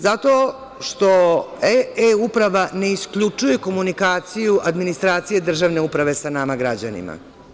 Zato što e-uprava ne isključuje komunikaciju administracije državne uprave sa nama građanima.